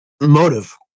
Motive